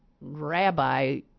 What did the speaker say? rabbi